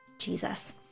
Jesus